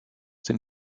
den